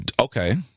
Okay